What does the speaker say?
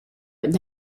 but